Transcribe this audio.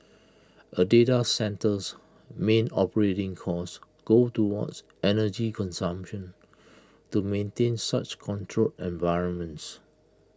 A data centre's main operating costs go towards energy consumption to maintain such controlled environments